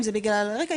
אם זה בגלל הרקע,